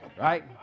right